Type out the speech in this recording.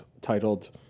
titled